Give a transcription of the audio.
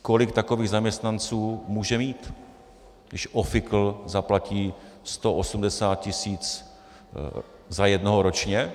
Kolik takových zaměstnanců může mít, když ofikl zaplatí sto osmdesát tisíc za jednoho ročně?